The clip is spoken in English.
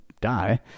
die